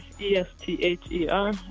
E-S-T-H-E-R